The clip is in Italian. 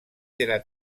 della